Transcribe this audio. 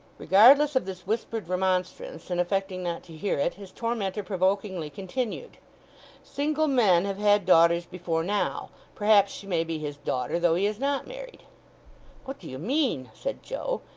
regardless of this whispered remonstrance, and affecting not to hear it, his tormentor provokingly continued single men have had daughters before now. perhaps she may be his daughter, though he is not married what do you mean said joe,